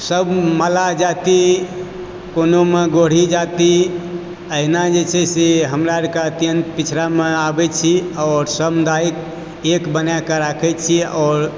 सभ मल्लाह जाति कोनोमे गोढ़ि जाति अहिना जे छै से हमरा आरकऽ अत्यन्त पिछड़ामे आबैत छी आओर सामुदायिक एक बनाके राखैत छी आओर